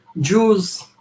Jews